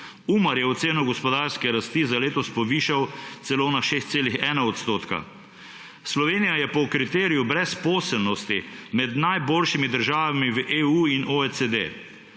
Umar je oceno gospodarske rasti za letos povišal celo na 6,1 %. Slovenija je po kriteriju brezposelnosti med najboljšimi državami v EU in OECD.